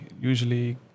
usually